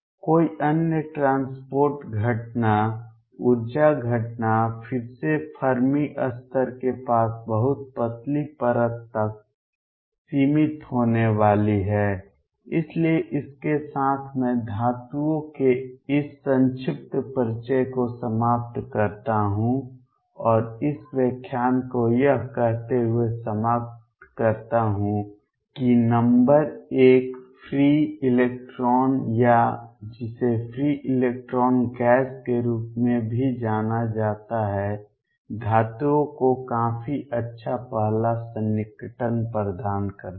कोई अन्य ट्रांसपोर्ट घटना ऊर्जा घटना फिर से फर्मी स्तर के पास बहुत पतली परत तक सीमित होने वाली है इसलिए इसके साथ मैं धातुओं के इस संक्षिप्त परिचय को समाप्त करता हूं और इस व्याख्यान को यह कहते हुए समाप्त करता हूं कि नंबर एक फ्री इलेक्ट्रॉन या जिसे फ्री इलेक्ट्रॉन गैस के रूप में भी जाना जाता है धातुओं को काफी अच्छा पहला सन्निकटन प्रदान करता है